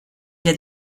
der